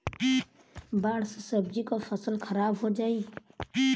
बाढ़ से सब्जी क फसल खराब हो जाई